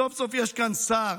סוף-סוף יש כאן שר